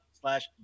slash